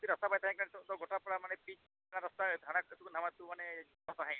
ᱩᱱ ᱫᱤᱱ ᱟᱥᱟ ᱵᱟᱭ ᱛᱟᱦᱮᱸ ᱠᱟᱱᱟ ᱱᱤᱛᱳᱜ ᱫᱚ ᱜᱚᱴᱟ ᱯᱟᱲᱟ ᱢᱟᱱᱮ ᱯᱤᱪ ᱠᱟᱱᱟ ᱨᱟᱥᱛᱟ ᱦᱟᱱᱟ ᱟᱛᱳ ᱠᱷᱚᱱ ᱱᱚᱣᱟ ᱟᱛᱳ ᱡᱚᱛᱚ ᱛᱟᱦᱮᱭᱱᱟ